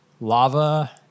lava